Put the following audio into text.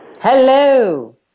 Hello